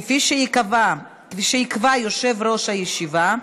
כפי שיקבע יושב-ראש הישיבה,